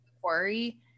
quarry